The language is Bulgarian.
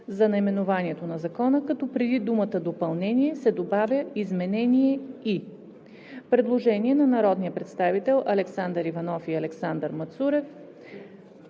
за наименованието на Закона, като преди думата „допълнение“ се добавя „изменение и“. Има предложение на народните представители Александър Иванов и Александър Мацурев.